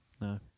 No